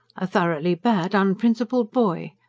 a thoroughly bad, unprincipled boy!